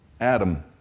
Adam